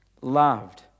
loved